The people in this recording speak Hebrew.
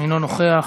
אינו נוכח.